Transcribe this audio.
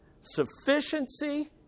sufficiency